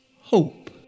Hope